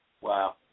Wow